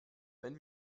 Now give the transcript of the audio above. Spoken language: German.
wenn